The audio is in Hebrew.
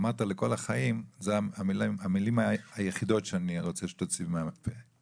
אמרת "לכל החיים" אלה המילים היחידות שאני רוצה שתוציא מהלקסיקון,